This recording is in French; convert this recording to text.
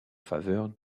faveur